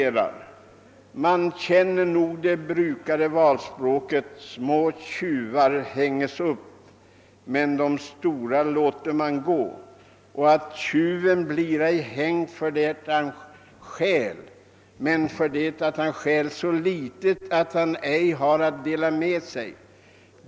Man känner nog det brukade valspråket: Små tjufvar hängas up, men de stora låter man gå, och at tjufven blir ej hängd för det han stiäl, men för det han stiäl så litet, att han ej har att dela med sig.